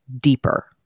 deeper